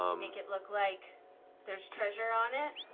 um make it look like there's treasure on it.